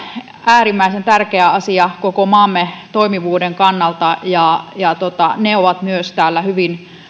äärimmäisen tärkeä asia koko maamme toimivuuden kannalta ja ja ne on myös täällä hyvin